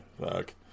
fuck